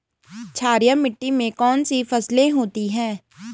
क्षारीय मिट्टी में कौन कौन सी फसलें होती हैं?